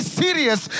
serious